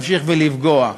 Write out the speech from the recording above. להמשיך ולפגוע.